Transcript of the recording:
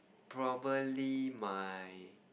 probably my